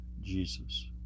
Jesus